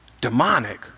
demonic